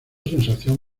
sensación